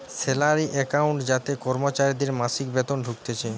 salary account যাতে কর্মচারীদের মাসিক বেতন ঢুকতিছে